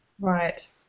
right